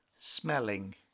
Smelling